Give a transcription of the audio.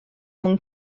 mwyn